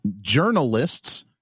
journalists